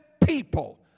people